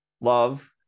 love